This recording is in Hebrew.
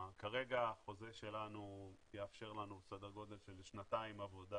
כרגע החוזה שלנו יאפשר לנו סדר גודל של שנתיים עבודה